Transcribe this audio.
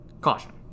Caution